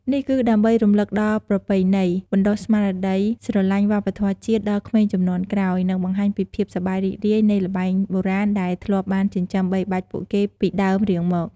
នេះគឺដើម្បីរំលឹកដល់ប្រពៃណី បណ្តុះស្មារតីស្រឡាញ់វប្បធម៌ជាតិដល់ក្មេងជំនាន់ក្រោយ និងបង្ហាញពីភាពសប្បាយរីករាយនៃល្បែងបុរាណដែលធ្លាប់បានចិញ្ចឹមបីបាច់ពួកគេពីដើមរៀងមក។